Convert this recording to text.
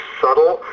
subtle